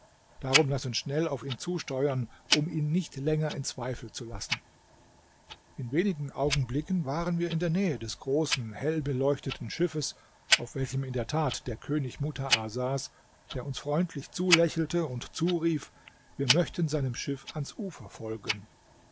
darum laß uns schnell auf ihn zusteuern um ihn nicht länger in zweifel zu lassen in wenigen augenblicken waren wir in der nähe des großen hell beleuchteten schiffes auf welchem in der tat der könig mutaa saß der uns freundlich zulächelte und zurief wir möchten seinem schiff ans ufer folgen